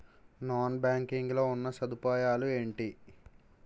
Non banking లో ఉన్నా సదుపాయాలు ఎంటి?